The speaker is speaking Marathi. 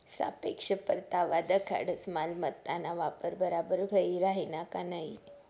सापेक्ष परतावा दखाडस मालमत्ताना वापर बराबर व्हयी राहिना का नयी